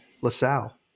LaSalle